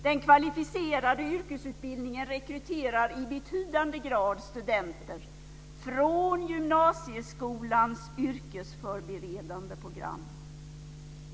Den kvalificerade yrkesutbildningen rekryterar i betydande grad studenter från gymnasieskolans yrkesförberedande program.